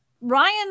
Ryan